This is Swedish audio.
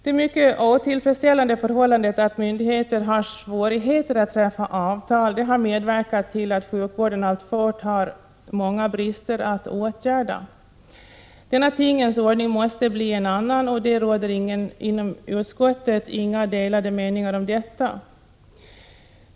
Det mycket otillfredsställande förhållandet att myndigheter har svårigheter att träffa avtal har medverkat till att sjukvården alltfort har många brister att åtgärda. Denna tingens ordning måste ändras. Det råder inom utskottet inga delade meningar om detta.